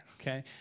Okay